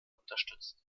unterstützt